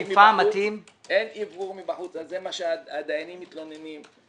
אין אוורור מבחוץ, על זה הדיינים מתלוננים.